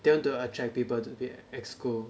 they want to attract people to be EXCO